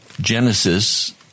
Genesis